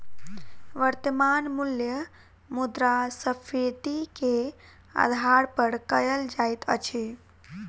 वर्त्तमान मूल्य मुद्रास्फीति के आधार पर कयल जाइत अछि